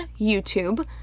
YouTube